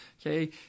Okay